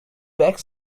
back